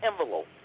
envelope